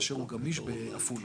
מאשר הוא גמיש בעפולה.